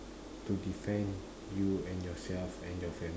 to defend you and yourself and your family